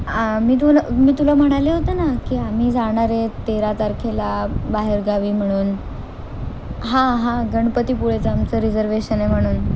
आ मी तुला मी तुला म्हणाले होतं ना की आम्ही जाणार आहे तेरा तारखेला बाहेरगावी म्हणून हां हां गणपतीपुळेचं आमचं रिजर्वेशन आहे म्हणून